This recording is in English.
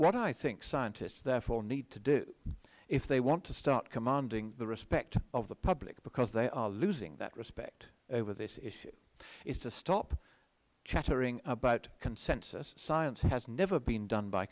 what i think scientists therefore need to do if they want to start commanding the respect of the public because they are losing that respect over this issue is to stop chattering about consensus science has never been done by